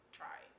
try